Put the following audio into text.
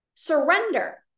Surrender